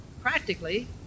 practically